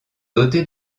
dotés